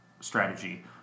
strategy